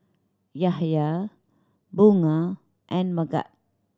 Yahaya Bunga and Megat